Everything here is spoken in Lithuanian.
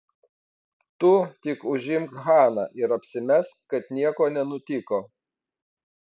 tu tik užimk haną ir apsimesk kad nieko nenutiko